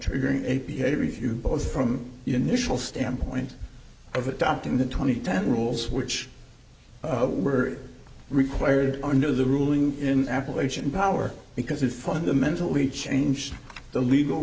triggering a b a review both from initial standpoint of adopting the twenty ten rules which were required under the ruling in appalachian power because it fundamentally changed the legal